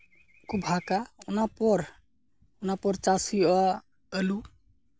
ᱠᱚ ᱵᱷᱟᱜᱽᱼᱟ ᱚᱱᱟ ᱯᱚᱨ ᱚᱱᱟ ᱯᱚᱨ ᱪᱟᱥ ᱦᱩᱭᱩᱜᱼᱟ ᱟᱹᱞᱩ